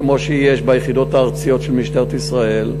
כמו שיש ביחידות הארציות של משטרת ישראל,